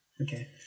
Okay